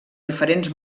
diferents